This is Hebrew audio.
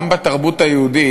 גם בתרבות היהודית,